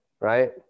right